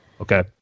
Okay